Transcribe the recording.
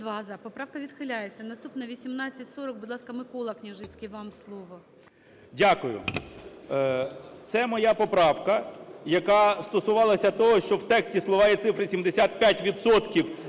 Дякую. Це моя поправка, яка стосувалася того, що в тексті слова і цифри "75